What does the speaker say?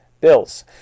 bills